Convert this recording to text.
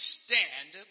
stand